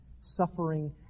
Suffering